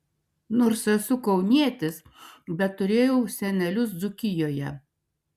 nors esu kaunietis bet turėjau senelius dzūkijoje